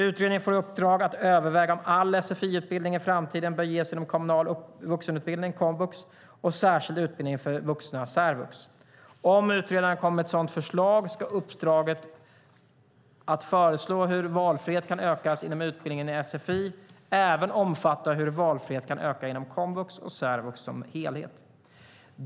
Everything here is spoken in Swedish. Utredningen får i uppdrag att överväga om all sfi-utbildning i framtiden bör ges inom kommunal vuxenutbildning, komvux, och särskild utbildning för vuxna, särvux. Om utredaren kommer med ett sådant förslag ska uppdraget att föreslå hur valfrihet kan ökas inom utbildningen i sfi även omfatta hur valfrihet kan öka inom komvux och särvux som helhet.